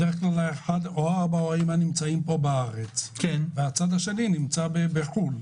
בדרך כלל או האבא או האימא נמצאים פה בארץ והצד השני נמצא בחו"ל.